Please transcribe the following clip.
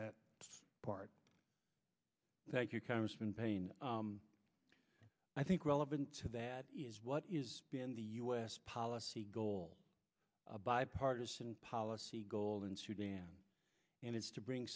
that part thank you congressman payne i think relevant to that is what is been the u s policy goal a bipartisan policy goal in sudan and it's to bring